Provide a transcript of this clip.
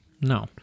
No